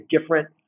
different